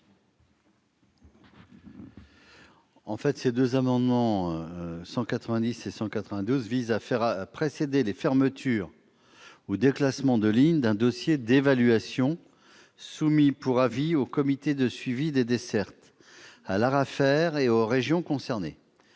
? Ces amendements visent à faire précéder les fermetures ou déclassements de lignes d'un dossier d'évaluation, soumis pour avis aux comités de suivi des dessertes, à l'ARAFER et aux régions concernées.